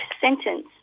sentence